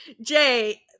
Jay